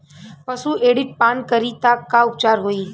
पशु एसिड पान करी त का उपचार होई?